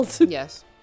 Yes